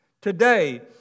Today